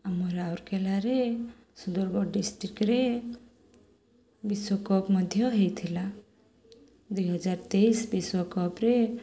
ଆମ ରାଉରକଲାରେ ସୁନ୍ଦୁରଗଡ଼ ଡିଷ୍ଟ୍ରିକ୍ଟରେ ବିଶ୍ୱକପ୍ ମଧ୍ୟ ହେଇଥିଲା ଦୁଇହଜାର ତେଇଶ ବିଶ୍ୱକପ୍ରେ